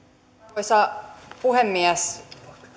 arvoisa puhemies